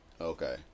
Okay